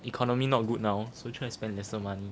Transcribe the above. economy not good now so try to spend lesser money